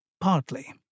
Partly